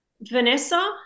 Vanessa